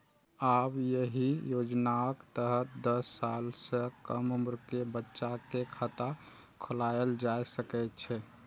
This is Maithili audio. आब एहि योजनाक तहत दस साल सं कम उम्र के बच्चा के खाता खोलाएल जा सकै छै